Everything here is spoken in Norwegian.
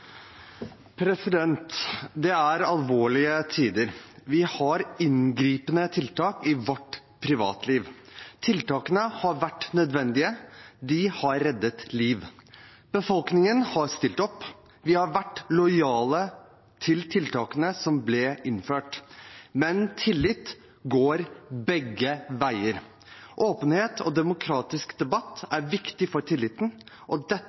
refererte. Det er alvorlige tider. Vi har inngripende tiltak i vårt privatliv. Tiltakene har vært nødvendige. De har reddet liv. Befolkningen har stilt opp. Vi har vært lojale til tiltakene som ble innført. Men tillit går begge veier. Åpenhet og demokratisk debatt er viktig for tilliten, og